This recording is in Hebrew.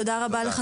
תודה רבה.